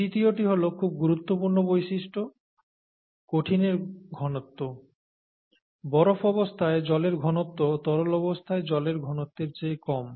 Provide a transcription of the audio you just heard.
তৃতীয়টি হল খুব গুরুত্বপূর্ণ বৈশিষ্ট্য কঠিনের ঘনত্ব বরফ অবস্থায় জলের ঘনত্ব তরল অবস্থায় জলের ঘনত্বের চেয়ে কম